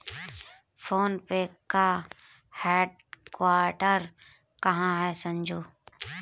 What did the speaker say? Phone पे का headquarter कहां है संजू?